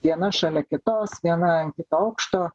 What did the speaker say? viena šalia kitos viena ant kito aukšto